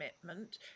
commitment